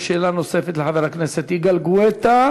יש שאלה נוספת לחבר הכנסת יגאל גואטה,